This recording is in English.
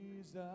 Jesus